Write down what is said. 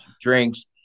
drinks